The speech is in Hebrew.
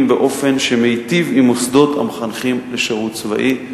באופן שמיטיב עם מוסדות המחנכים לשירות צבאי,